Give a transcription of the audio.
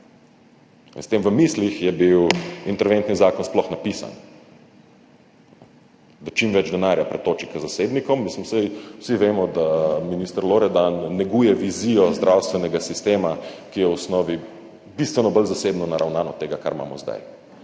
S tem v mislih je bil interventni zakon sploh napisan – da čim več denarja pretoči k zasebnikom. Saj vsi vemo, da minister Loredan neguje vizijo zdravstvenega sistema, ki je v osnovi bistveno bolj zasebno naravnan od tega, kar imamo zdaj.